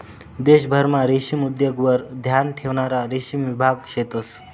देशभरमा रेशीम उद्योगवर ध्यान ठेवणारा रेशीम विभाग शेतंस